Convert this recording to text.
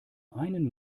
einen